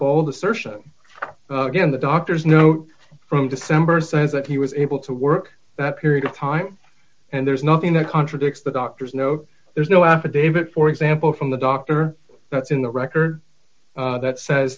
ald assertion again the doctor's note from december says that he was able to work that period of time and there's nothing that contradicts the doctor's no there's no affidavit for example from the doctor that's in the record that says